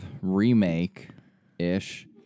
remake-ish